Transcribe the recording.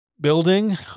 Building